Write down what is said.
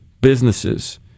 businesses